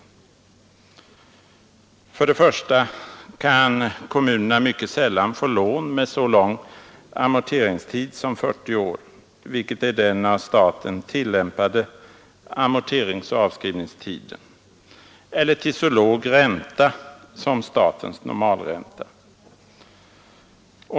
För det första kan kommunerna mycket sällan få lån med så lång amorteringstid som 40 år — vilket är den av staten tillämpade amorteringsoch avskrivningstiden — eller till så låg ränta som statens normalränta.